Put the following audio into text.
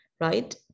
right